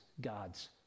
God's